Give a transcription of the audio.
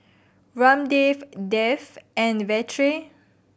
Ramdev Dev and Vedre